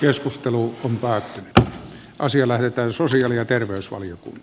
keskustelu on päättynyt ja asia lähetetään sosiaali ja terveysvalio